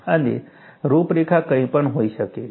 અને રૂપરેખા કંઈ પણ હોઈ શકે છે